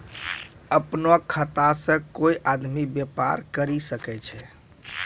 अपनो खाता से कोय आदमी बेपार करि सकै छै